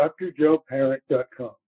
drjoeparent.com